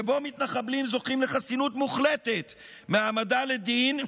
שבו מתנחבלים זוכים לחסינות מוחלטת מהעמדה לדין,